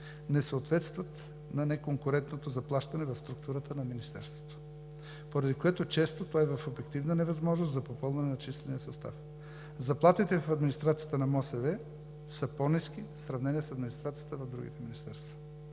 не съответстват на неконкурентното заплащане в структурата на Министерството, поради което често то е в обективна невъзможност за попълване на числения състав. Заплатите в администрацията на МОСВ са по-ниски в сравнение с администрацията в другите министерства,